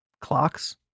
Clocks